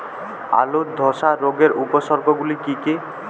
আলুর ধসা রোগের উপসর্গগুলি কি কি?